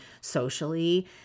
socially